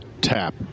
tap